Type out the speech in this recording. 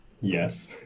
Yes